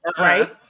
Right